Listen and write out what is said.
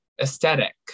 aesthetic